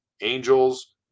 angels